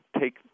take